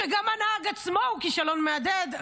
שגם הנהג עצמו הוא כישלון מהדהד,